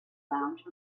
lounge